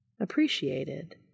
appreciated